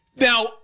Now